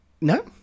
No